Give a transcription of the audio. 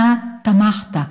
אתה תמכת,